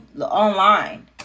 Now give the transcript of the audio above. online